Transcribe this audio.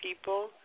people